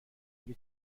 اگه